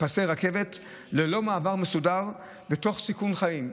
פסי רכבת ללא מעבר מסודר תוך סיכון חיים,